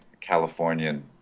Californian